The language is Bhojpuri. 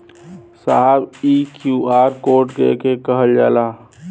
साहब इ क्यू.आर कोड के के कहल जाला?